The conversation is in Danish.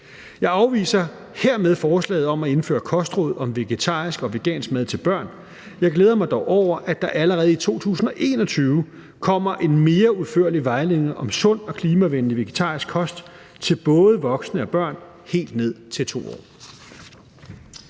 Jeg afviser hermed forslaget om at indføre kostråd om vegetarisk og vegansk mad til børn. Jeg glæder mig dog over, at der allerede i 2021 kommer en mere udførlig vejledning om sund og klimavenlig vegetarisk kost til både voksne og børn helt ned til 2 år.